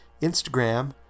Instagram